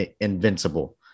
invincible